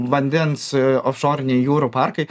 vandens ofšoriniai jūrų parkai